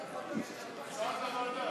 כהצעת הוועדה.